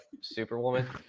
Superwoman